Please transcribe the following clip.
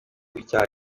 icyaha